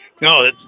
No